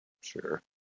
Sure